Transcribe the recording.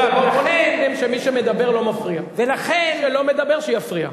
מי שמדבר לא מפריע, מי שלא מדבר, שיפריע.